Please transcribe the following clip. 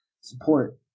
support